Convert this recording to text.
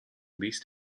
least